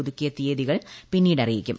പുതുക്കിയ തീയതികൾ പിന്നീട് അറിയിക്കും